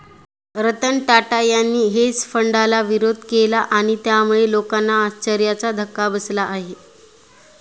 रतन टाटा यांनी हेज फंडाला विरोध केला आणि त्यामुळे लोकांना आश्चर्याचा धक्का बसला आहे